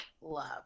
love